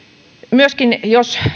myöskin jos